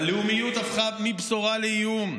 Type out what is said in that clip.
הלאומיות הפכה מבשורה לאיום.